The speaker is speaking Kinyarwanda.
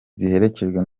ziherekejwe